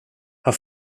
har